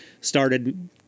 started